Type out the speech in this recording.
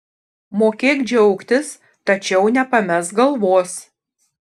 mokėk džiaugtis tačiau nepamesk galvos